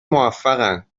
موفقن